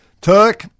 Turk